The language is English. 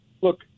Look